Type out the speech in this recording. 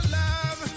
love